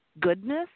goodness